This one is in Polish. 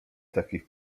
takich